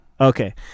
okay